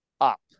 up